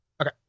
Okay